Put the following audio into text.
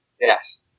Yes